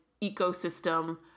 ecosystem